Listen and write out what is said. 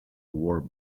war